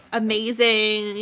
amazing